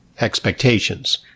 expectations